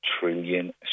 trillion